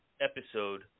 episode